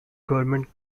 government